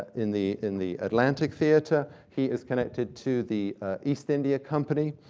in the in the atlantic theater. he is connected to the east india company